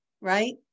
right